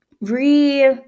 re